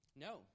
No